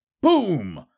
boom